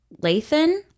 Lathan